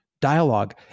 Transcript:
dialogue